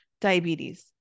diabetes